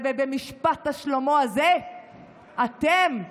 במשפט השלמה הזה אתם,